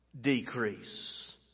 decrease